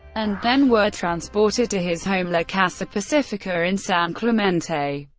and then were transported to his home la casa pacifica in san clemente.